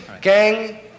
Gang